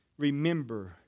Remember